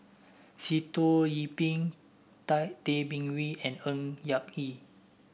Sitoh Yih Pin Tay Bin Wee and Ng Yak Whee